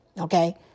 okay